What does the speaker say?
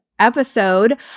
episode